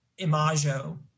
imago